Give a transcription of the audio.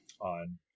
on